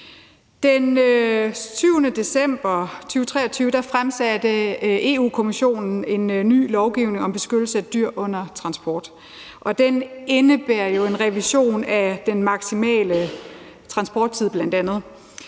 Den 7. december 2023 fremsatte Europa-Kommissionen ny lovgivning om beskyttelse af dyr under transport. Den indebærer jo bl.a. en revision af den maksimale transporttid.